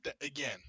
again